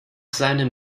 seinem